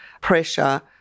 pressure